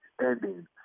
ending